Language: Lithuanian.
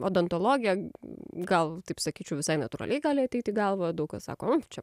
odontologė gal taip sakyčiau visai natūraliai gali ateiti į galvą daug kas sako čia